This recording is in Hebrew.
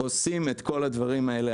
עושים היום את כל הדברים האלה.